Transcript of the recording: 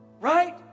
right